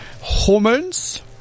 hormones